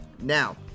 Now